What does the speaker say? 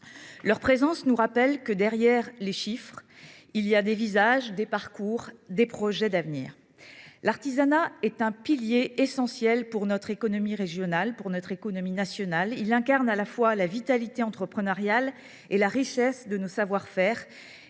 Leur présence nous rappelle que, derrière les chiffres, il y a des visages, des parcours et des projets d’avenir. L’artisanat est un pilier essentiel de nos économies régionales comme de notre économie nationale. Il incarne à la fois la vitalité entrepreneuriale, la richesse de nos savoir faire